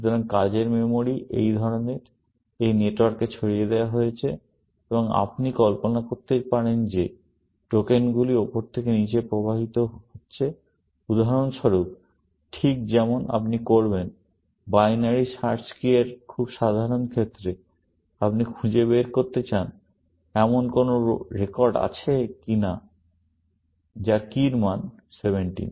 সুতরাং কাজের মেমরি এই ধরনের এই নেটওয়ার্কে ছড়িয়ে দেওয়া হয়েছে এবং আপনি কল্পনা করতে পারেন যে টোকেনগুলি উপরে থেকে নীচে প্রবাহিত হচ্ছে উদাহরণস্বরূপ ঠিক যেমন আপনি করবেন বাইনারি সার্চ কী এর খুব সাধারণ ক্ষেত্রে আপনি খুঁজে বের করতে চান এমন কোনো রেকর্ড আছে কি না যার কীর মান 17